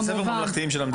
כמובן.